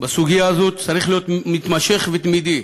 בסוגיה הזאת צריך להיות מתמשך ותמידי,